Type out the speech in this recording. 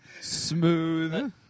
smooth